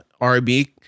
RB